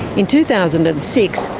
in two thousand and six,